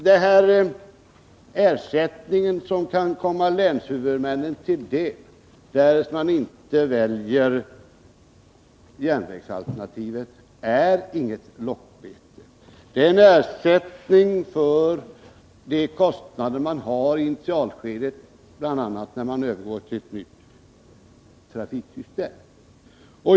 Den ersättning som kan komma länshuvudmännen till del, därest man inte väljer järnvägsalternativet, är inget lockbete. Det är en ersättning för de kostnader som man har i initialskedet, bl.a. när man övergår till ett nytt trafiksystem.